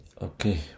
Okay